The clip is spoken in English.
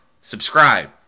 subscribe